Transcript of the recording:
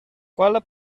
quella